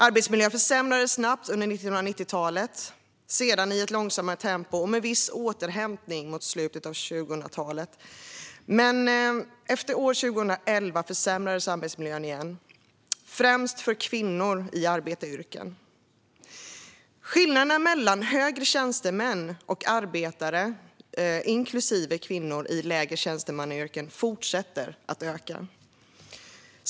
Arbetsmiljön försämrades snabbt under 90-talet och sedan i ett långsammare tempo, med viss återhämtning mot slutet av 00-talet. Men efter 2011 försämrades arbetsmiljön igen, främst för kvinnor i arbetaryrken. Skillnaderna mellan högre tjänstemän och arbetare, inklusive kvinnor, i lägre tjänstemannayrken fortsätter att öka.